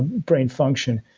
brain function.